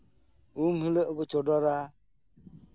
ᱩᱢ ᱦᱤᱞᱳᱜ ᱠᱚ ᱪᱚᱰᱚᱨᱟ